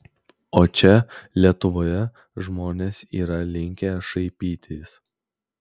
o čia lietuvoje žmonės yra linkę šaipytis